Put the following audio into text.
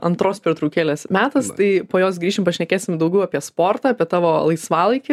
antros pertraukėlės metas tai po jos grįšim pašnekėsim daugiau apie sportą apie tavo laisvalaikį